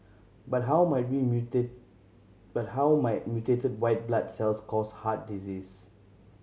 but how might but how might mutated white blood cells cause heart disease